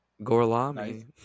Gorlami